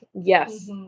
Yes